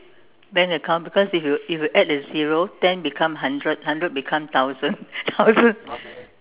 bank account because if you if you you add a zero ten become hundred hundred become thousand thousand